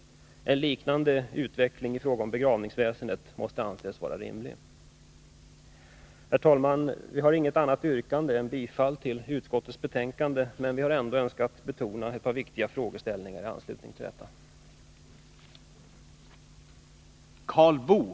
En liknande utveckling i fråga om begravningsväsendet måste anses vara rimlig. Herr talman! Vi har inget annat yrkande än om bifall till utskottets hemställan, men vi har ändå önskat betona ett par viktiga frågeställningar i anslutning till detta betänkande.